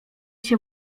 się